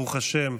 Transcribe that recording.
ברוך השם,